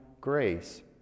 grace